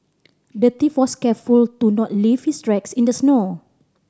the thief was careful to not leave his tracks in the snow